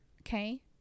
okay